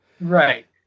Right